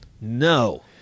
No